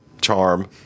charm